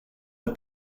the